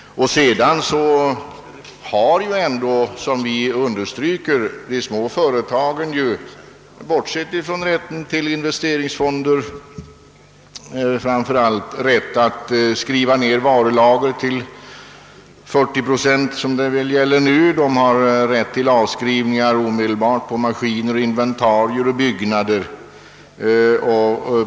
De små företagen har dessutom — bortsett från rätten till investeringsfonder — framför allt rätt att skriva ned varulager till 40 procent samt rätt till avskrivningar omedelbart på maskiner, inventarier och byggnader.